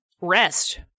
rest